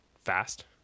fast